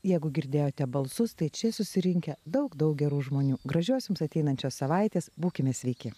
jeigu girdėjote balsus tai čia susirinkę daug daug gerų žmonių gražios jums ateinančios savaitės būkime sveiki